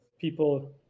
people